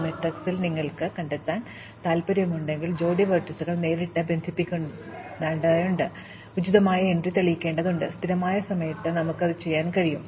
ഈ മാട്രിക്സിൽ നിങ്ങൾക്ക് കണ്ടെത്താൻ താൽപ്പര്യമുണ്ടെങ്കിൽ ജോഡി വെർട്ടീസുകൾ നേരിട്ട് ബന്ധിപ്പിക്കുന്നുണ്ടോയെന്ന് ഞങ്ങൾ അവരുടെ ഉചിതമായ എൻട്രി തെളിയിക്കേണ്ടതുണ്ട് സ്ഥിരമായ സമയത്ത് ഞങ്ങൾക്ക് അത് ചെയ്യാൻ കഴിയും